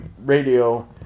radio